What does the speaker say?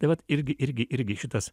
tai vat irgi irgi irgi šitas